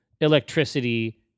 electricity